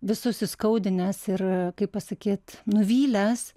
visus įskaudinęs ir kaip pasakyt nuvylęs